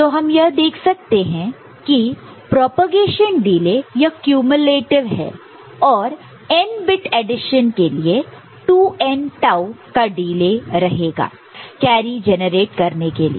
तो हम देख सकते हैं की प्रोपेगेशन डिले यह क्यूम्यूलेटिव़ है और n बिट एडिशन के लिए 2n टाऊ का डिले रहेगा कैरी जेनरेट करने के लिए